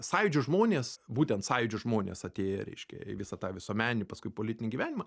sąjūdžio žmonės būtent sąjūdžio žmonės atėję reiškia į visą tą visuomeninį paskui į politinį gyvenimą